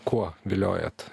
kuo viliojat